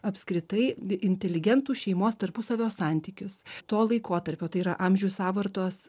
apskritai inteligentų šeimos tarpusavio santykius to laikotarpio tai yra amžių sąvartos